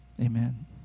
amen